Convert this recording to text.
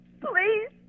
Please